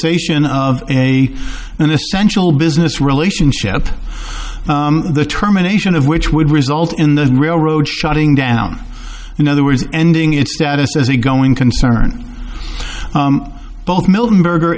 cessation of a an essential business relationship the terminations of which would result in the railroad shutting down in other words ending its status as a going concern both milton berger